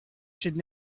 should